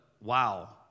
wow